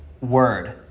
word